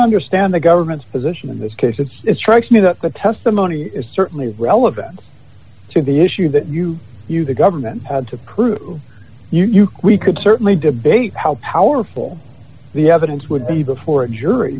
understand the government's position in this case it's it strikes me that the testimony is certainly relevant to the issue that you you the government had to clue you we could certainly debate how powerful the evidence would be before a jury